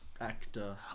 actor